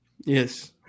yes